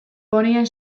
ponien